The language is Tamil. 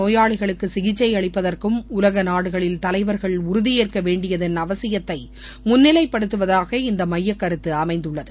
நோயாளிகளுக்கு சிகிச்சை அளிப்பதற்கும் உலக நாடுகளில் தலைவர்கள் உறுதியேற்க வேண்டியதன் அவசியத்தை முன்னிலை படுத்துவதாக இந்த மையக் கருத்து அமைந்துள்ளது